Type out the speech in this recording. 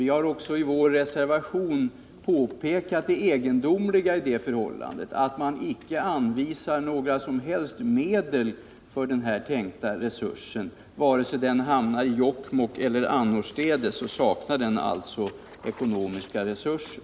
Vi har också i vår reservation påtalat det egendomliga i det förhållandet att man icke anvisar några som helst medel för den föreslagna resursen; vare sig den hamnar i Jokkmokk eller annorstädes saknar den alltså ekonomiska resurser.